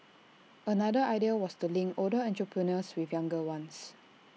another idea was to link older entrepreneurs with younger ones